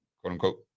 quote-unquote